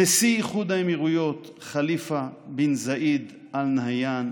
נשיא איחוד האמירויות ח'ליפה בן זאייד אאל-נהיאן